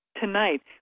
tonight